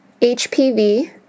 HPV